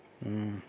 ہوں